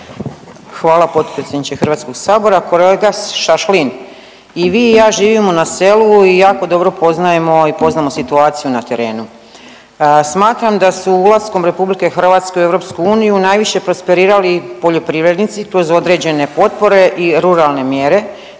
Hvala potpredsjedniče HS-a, kolega Šašlin. I vi i ja živimo na selu i jako dobro poznajemo i poznamo situaciju na terenu. Smatram da su ulaskom RH u EU najviše prosperirali poljoprivrednici, .../Govornik se ne